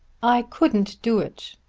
i couldn't do it.